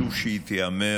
ההצעה.